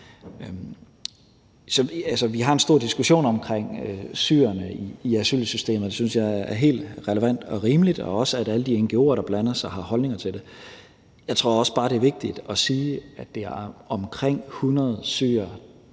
Vi har jo en stor diskussion omkring syrerne i asylsystemet, og det synes jeg er helt relevant og rimeligt og også, at alle de ngo'er, der blander sig, har holdninger til det. Jeg tror også bare, det er vigtigt at sige, at det er omkring 100 syrere,